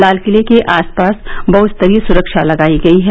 लाल किले के आसपास बह स्तरीय सुरक्षा लगाई गई है